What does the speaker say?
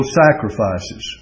sacrifices